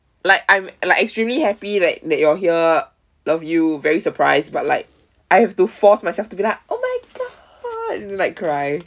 like I'm like extremely happy that that you're here love you very surprised but like I have to force myself to be like oh my god and then like cry